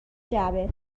جعبه